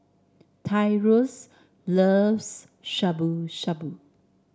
Tyrus loves Shabu Shabu